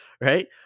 Right